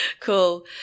Cool